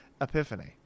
epiphany